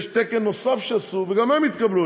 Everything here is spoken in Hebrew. יש תקן נוסף שעשו, וגם הם יתקבלו.